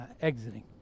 exiting